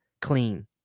clean